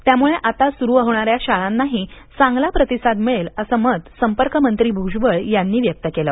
त्यामुळे आता सुरु होणाऱ्या शाळांनाही चांगला प्रतिसाद मिळेल असं मत संपर्क मंत्री भूजबळ यांनी व्यक्त केलं